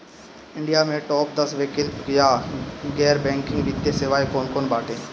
India में top दस वैकल्पिक या गैर बैंकिंग वित्तीय सेवाएं कौन कोन बाटे?